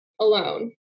alone